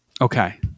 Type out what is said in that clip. Okay